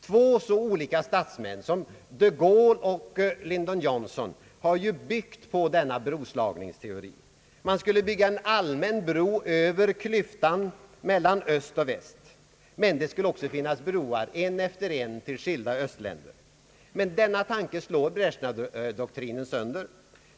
Två så olika statsmän som general de Gaulle och president Lyndon Johnson har byggt på denna broslagningsteori. Man skulle slå en allmän bro över klyftan mellan öst och väst men också broar en efter en till skilda östländer. Men denna tanke slår Bresjnevdoktrinen sönder.